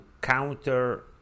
counter